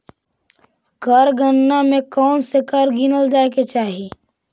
कर गणना में कौनसे कर गिनल जाए के चाही